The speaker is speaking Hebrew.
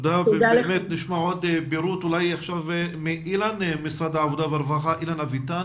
נשמע את אילן אביטן,